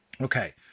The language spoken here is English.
Okay